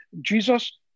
Jesus